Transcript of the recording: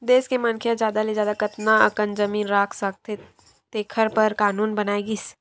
देस के मनखे ह जादा ले जादा कतना अकन जमीन राख सकत हे तेखर बर कान्हून बनाए गिस